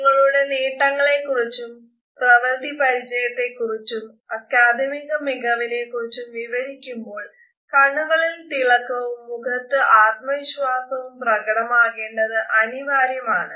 നിങ്ങളുടെ നേട്ടങ്ങളെക്കുറിച്ചും പ്രവൃത്തിപരിചയത്തെക്കുറിച്ചും അക്കാദമിക മികവിനെക്കുറിച്ചും വിവരിക്കുമ്പോൾ കണ്ണുകളിൽ തിളക്കവും മുഖത്ത് ആത്മവിശ്വാസവും പ്രകടമാകേണ്ടത് അനിവാര്യമാണ്